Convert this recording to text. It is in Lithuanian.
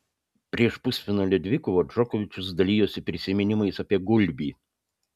prieš pusfinalio dvikovą džokovičius dalijosi prisiminimais apie gulbį